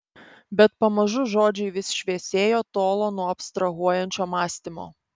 bet pamažu žodžiai vis šviesėjo tolo nuo abstrahuojančio mąstymo